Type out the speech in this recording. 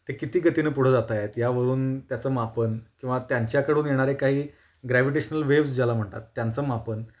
ते किती गतीनं पुढं जात आहेत यावरून त्याचं मापन किंवा त्यांच्याकडून येणारे काही ग्रॅव्हिटेशनल वेव्ह्ज ज्याला म्हणतात त्यांचं मापन